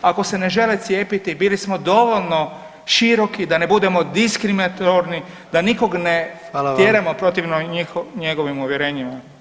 Ako se ne žele cijepiti bili smo dovoljno široki da ne budemo diskriminatorni da nikog ne tjeramo protivno njegovim uvjerenjima,